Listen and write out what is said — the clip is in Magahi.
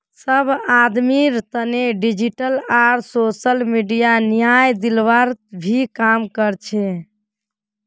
सब आदमीर तने डिजिटल आर सोसल मीडिया न्याय दिलवार भी काम कर छे